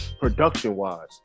Production-wise